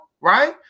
right